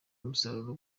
umusaruro